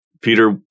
Peter